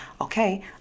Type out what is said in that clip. okay